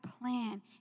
plan